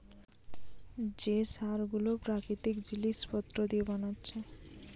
যে সার গুলো প্রাকৃতিক জিলিস পত্র দিয়ে বানাচ্ছে